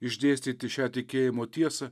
išdėstyti šią tikėjimo tiesą